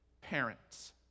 parents